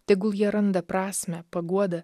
tegul jie randa prasmę paguodą